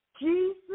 Jesus